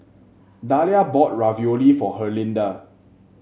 Dahlia bought Ravioli for Herlinda